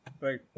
right